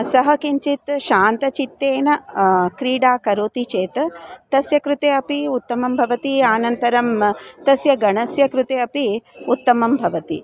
सः किञ्चित् शान्तचित्तेन क्रीडां करोति चेत् तस्य कृते अपि उत्तमं भवति अनन्तरं तस्य गणस्य कृते अपि उत्तमं भवति